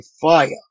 fire